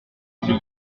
billet